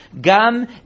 Gam